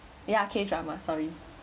ya K drama sorry